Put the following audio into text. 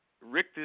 Rick